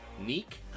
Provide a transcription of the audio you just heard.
Neek